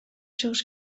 чыгыш